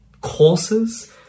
courses